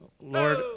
Lord